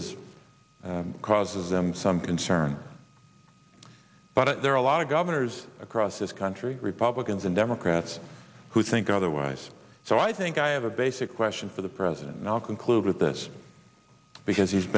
is causes them some concern but there are a lot of governors across this country republicans and democrats who think otherwise so i think i have a basic question for the president and i'll conclude with this because he's